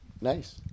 Nice